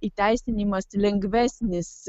įteisinimas lengvesnis